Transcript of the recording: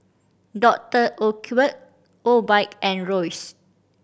Doctor Oetker Obike and Royce